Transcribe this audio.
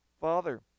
father